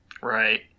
Right